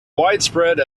widespread